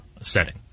setting